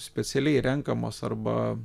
specialiai renkamos arba